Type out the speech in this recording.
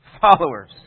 followers